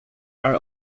are